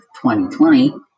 2020